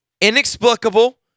inexplicable